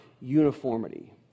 uniformity